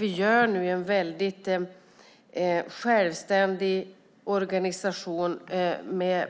Vi gör nu en väldigt självständig organisation